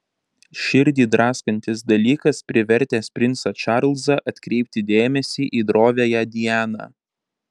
širdį draskantis dalykas privertęs princą čarlzą atkreipti dėmesį į droviąją dianą